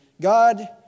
God